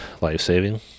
life-saving